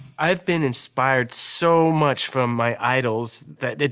i've been inspired so much from my idols that